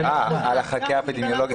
אה, החקירה האפידמיולוגית.